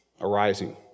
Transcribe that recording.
arising